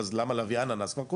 אז למה להביא אננס?